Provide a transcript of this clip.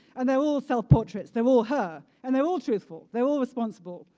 and they're all self-portraits, they're all her and they're all truthful, they're all responsible.